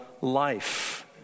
life